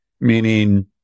meaning